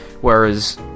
whereas